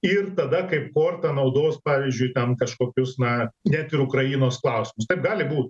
ir tada kaip kortą naudos pavyzdžiui ten kažkokius na net ir ukrainos klausimus taip gali būt